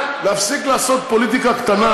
להפסיק לעשות פוליטיקה קטנה,